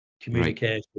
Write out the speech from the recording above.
communication